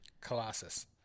Colossus